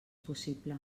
possible